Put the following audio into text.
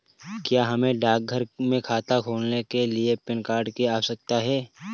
क्या हमें डाकघर में खाता खोलने के लिए पैन कार्ड की आवश्यकता है?